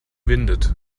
windet